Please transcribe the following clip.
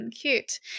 cute